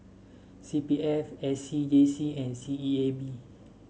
C P F A C J C and S E A B